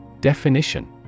Definition